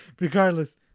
Regardless